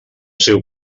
seu